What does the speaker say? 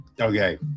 Okay